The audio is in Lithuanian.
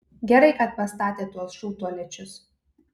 gerai kad pastatė tuos šūdtualečius